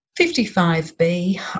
55B